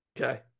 Okay